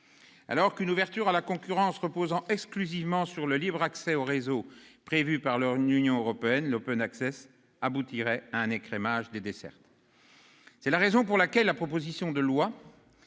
alors qu'une ouverture à la concurrence reposant exclusivement sur le libre accès au réseau prévu par l'Union européenne, l', aboutirait à un écrémage des dessertes. Aussi la proposition de loi